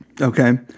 Okay